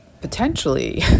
potentially